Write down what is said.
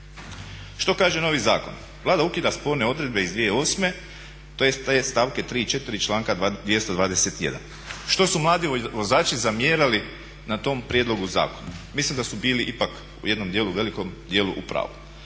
Što kaže novi zakon? Vlada ukida sporne odredbe iz 2008. tj. te stavke 3. i 4. članka 221. Što su mladi vozači zamjerali na tom prijedlogu zakona? Mislim da su bili ipak u jednom velikom dijelu u pravu.